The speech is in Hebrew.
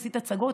עשית הצגות,